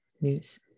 news